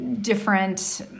different